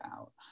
out